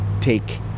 take